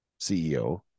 CEO